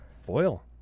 Foil